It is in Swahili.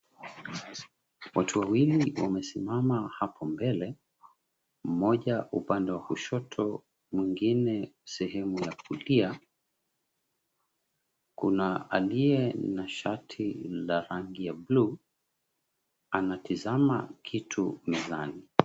Watu wawili wamesimama hapo mbele. Mmoja upande wa kushoto, mwengine sehemu ya kulia. Kuna aliye na shati la rangi ya bluu, anatazama kitu mezani.